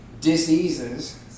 diseases